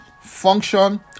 function